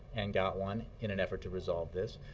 and got one, in an effort to resolve this